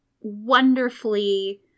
wonderfully